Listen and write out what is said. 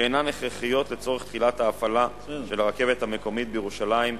שאינן הכרחיות לצורך תחילת ההפעלה של הרכבת המקומית בירושלים,